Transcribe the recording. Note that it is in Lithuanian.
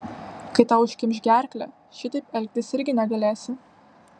kai tau užkimš gerklę šitaip elgtis irgi negalėsi